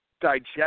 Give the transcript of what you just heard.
digest